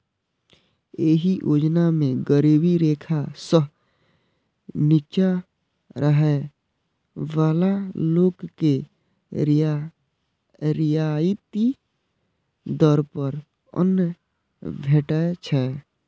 एहि योजना मे गरीबी रेखा सं निच्चा रहै बला लोक के रियायती दर पर अन्न भेटै छै